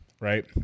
right